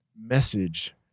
message